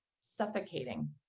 suffocating